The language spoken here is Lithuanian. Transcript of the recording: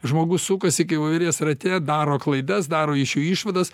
žmogus sukasi kai voverės rate daro klaidas daro iš jų išvadas